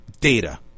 data